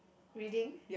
reading